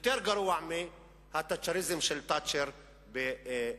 יותר גרוע מהתאצ'ריזם של תאצ'ר בבריטניה.